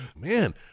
Man